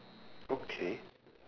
okay